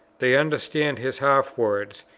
they understand his half-words,